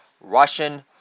Russian